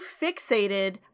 fixated